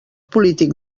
polític